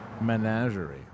menagerie